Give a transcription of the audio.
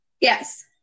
Yes